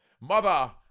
Mother